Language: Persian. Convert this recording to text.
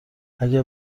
اگه